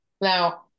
Now